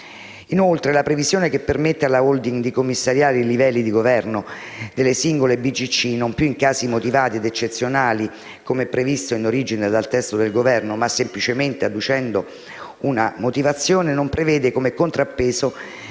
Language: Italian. *asset*. La previsione che permette alla *holding* di commissariare i livelli di governo delle singole BCC non più in casi motivati ed eccezionali, come previsto in origine dal testo presentato dal Governo, ma semplicemente adducendo una motivazione, non prevede come contrappeso